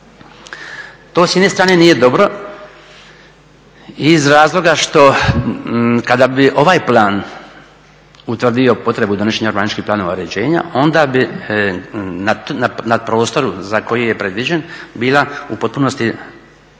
To s jedne strane nije dobro iz razloga što kada bi ovaj plan utvrdio potrebu donošenja urbanističkih planova uređenja onda bi nad prostorom za koji je predviđen bila u potpunosti